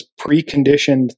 preconditioned